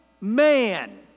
man